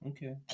Okay